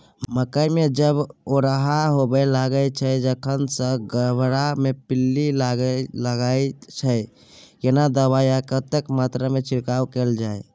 मकई मे जब ओरहा होबय लागय छै तखन से गबहा मे पिल्लू लागय लागय छै, केना दबाय आ कतेक मात्रा मे छिरकाव कैल जाय?